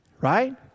Right